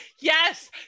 Yes